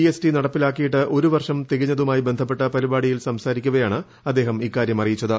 S T നടപ്പിലാക്കിയിട്ട് ഒരു വർഷം തികഞ്ഞതുമായി ബന്ധപ്പെട്ട പരിപാടിയിൽ സംസാരിക്കവെയാണ് അദ്ദേഹം ഇക്കാര്യം അറിയിച്ചത്